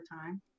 time